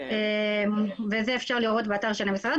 את זה אפשר לראות באתר של המשרד,